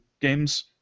games